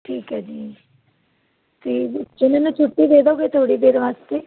ਠੀਕ ਹੈ ਜੀ ਤੇ ਜੀ ਮੈਨੂੰ ਛੁੱਟੀ ਦੇ ਦੋਗੇ ਥੋੜੀ ਦੇਰ ਵਾਸਤੇ